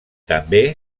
també